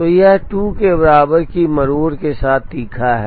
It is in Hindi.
तो यह 2 के बराबर की मरोड़ के साथ तीखा है